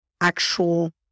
actual